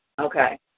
Okay